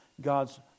God's